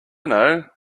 know